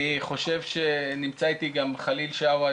נמצא איתי גם חליל שווא,